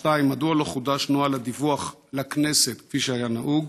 2. מדוע לא חודש נוהל הדיווח לכנסת כפי שהיה נהוג?